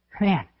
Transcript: man